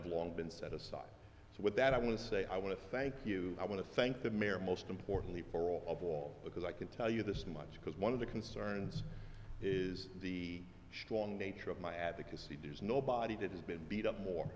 have long been set aside so with that i want to say i want to thank you i want to thank the mayor most importantly for all of all because i can tell you this much because one of the concerns is the strong nature of my advocacy does nobody that has been beat up more